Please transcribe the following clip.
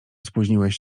spóźniłeś